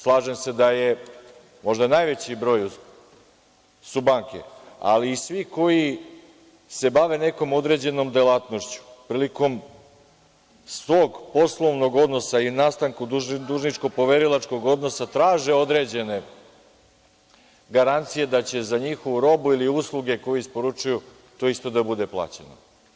Slažem se da su možda najveći broj banke, ali i svi koji se bave nekom određenom delatnošću, prilikom svog poslovnog odnosa i nastanka dužničko poverilačkog odnosa traže određene garancije da će za njihovu robu ili usluge koje isporučuju to isto da bude plaćeno.